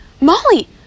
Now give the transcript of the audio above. Molly